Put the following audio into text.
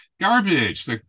garbage